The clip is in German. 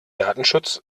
datenschutz